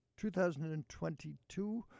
2022